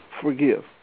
forgive